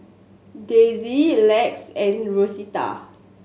Daisye Lex and Rosita